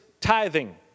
tithing